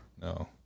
No